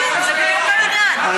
סעדי ולראש הממשלה.